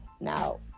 Now